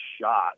shot